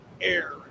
air